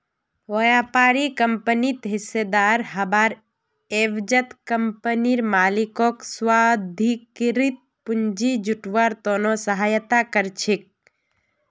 व्यापारी कंपनित हिस्सेदार हबार एवजत कंपनीर मालिकक स्वाधिकृत पूंजी जुटव्वार त न सहायता कर छेक